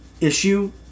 issue